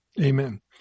Amen